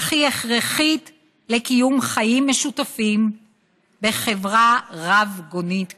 אך היא הכרחית לקיום חיים משותפים בחברה רב-גונית כשלנו.